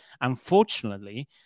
unfortunately